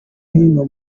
hino